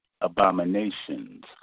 abominations